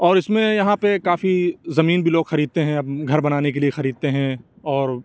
اور اِس میں یہاں پہ کافی زمین بھی لوگ خریدتے ہیں گھر بنانے کے لیے خریدتے ہیں اور